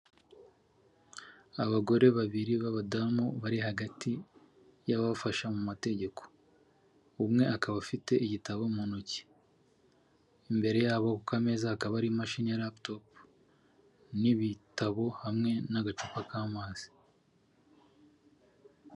Abagore babiri b'abadamu, bari hagati y'ababafasha mu mategeko, umwe akaba afite igitabo mu ntoki, imbere yabo ku kameza hakaba hari imashini ya raputopu n'ibitabo, hamwe n'agacupa k'amazi.